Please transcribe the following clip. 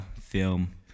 film